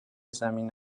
زمین